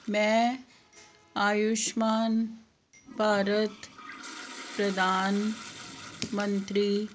ਮੈਂ ਆਯੁਸ਼ਮਾਨ ਭਾਰਤ ਪ੍ਰਧਾਨ ਮੰਤਰੀ